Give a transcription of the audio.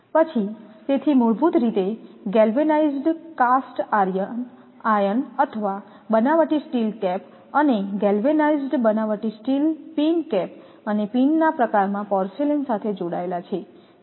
પછી તેથી મૂળભૂત રીતે ગેલ્વેનાઈઝ્ડ કાસ્ટ આયર્ન અથવા બનાવટી સ્ટીલ કેપ અને ગેલ્વેનાઈઝ્ડ બનાવટી સ્ટીલ પિન કેપ અને પિનના પ્રકારમાં પોર્સેલેઇન સાથે જોડાયેલા છે